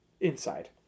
inside